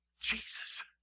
Jesus